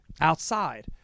Outside